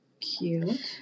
Cute